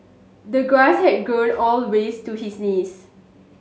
the grass had grown all ways to his knees